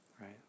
Right